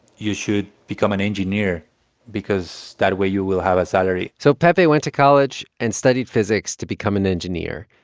you should become an engineer because, that way, you will have a salary so pepe went to college and studied physics to become an engineer.